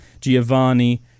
Giovanni